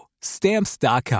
Stamps.com